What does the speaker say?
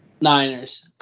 Niners